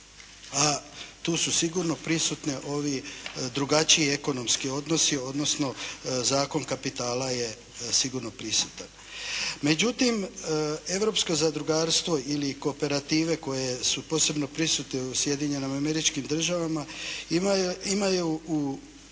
A tu su sigurno prisutni drugačiji ekonomski odnosi odnosno zakon kapitala je sigurno prisutan. Međutim, europsko zadrugarstvo ili kooperative koje su posebno prisutne u Sjedinjenim Američkim Državama imaju u